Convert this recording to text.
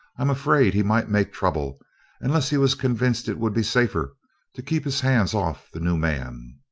i'm afraid he might make trouble unless he was convinced it would be safer to keep his hands off the new man.